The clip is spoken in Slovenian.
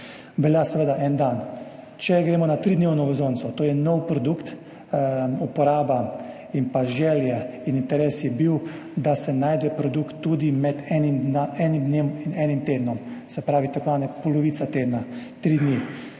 Velja seveda en dan. Če gremo na tridnevno vozovnico. To je nov produkt. Uporaba, želja in interes je bil, da se najde produkt tudi med enim dnem in enim tednom, se pravi tako imenovana polovica tedna, tri dni.